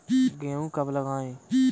गेहूँ कब लगाएँ?